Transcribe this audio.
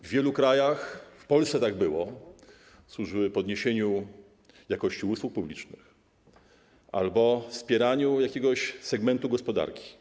W wielu krajach, w Polsce tak było, służyły podniesieniu jakości usług publicznych albo wspieraniu jakiegoś segmentu gospodarki.